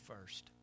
first